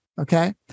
okay